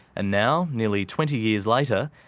and now, nearly twenty years later,